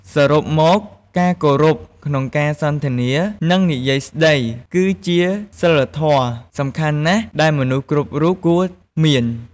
សរុបមកការគោរពក្នុងការសន្ទនានិងនិយាយស្តីគឺជាសីលធម៌សំខាន់ណាស់ដែលមនុស្សគ្រប់រូបគួរមាន។